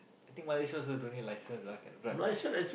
I think what you suppose do don't need license ah can drive